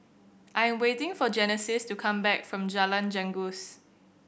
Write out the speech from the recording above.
I am waiting for Genesis to come back from Jalan Janggus